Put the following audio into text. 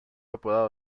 apodado